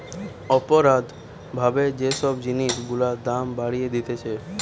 অপরাধ ভাবে যে সব জিনিস গুলার দাম বাড়িয়ে দিতেছে